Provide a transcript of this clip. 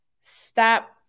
stop